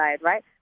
right